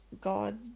God